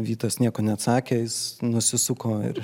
vytas nieko neatsakė jis nusisuko ir